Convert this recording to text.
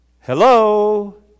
hello